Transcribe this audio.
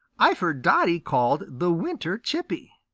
i've heard dotty called the winter chippy.